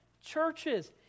churches